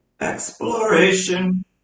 exploration